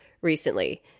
recently